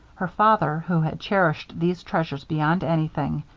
her father, who had cherished these treasures beyond anything,